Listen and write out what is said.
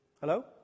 Hello